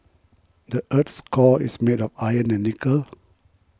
the earth's core is made of iron and nickel